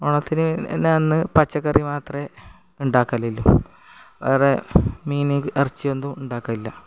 ഓണത്തിന് എല്ലാമന്നു പച്ചക്കറി മാത്രമേ ഉണ്ടാക്കലുള്ളൂ വേറെ മീനും ഇറച്ചിയൊന്നും ഉണ്ടാക്കലില്ല